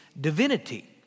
divinity